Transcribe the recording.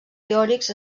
teòrics